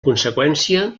conseqüència